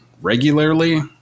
regularly